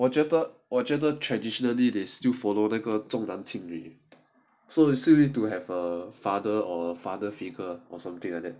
我觉得我觉得 traditionally they still follow 哪个重男轻女 so we still need to have a father or father figure or something like that